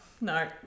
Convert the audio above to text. No